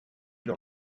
leur